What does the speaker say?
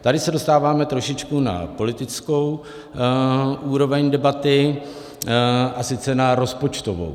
Tady se dostáváme trošičku na politickou úroveň debaty, a sice na rozpočtovou.